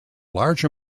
large